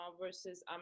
versus